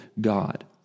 God